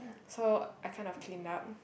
so I kind of cleaned up